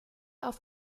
auf